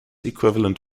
equivalent